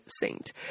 saint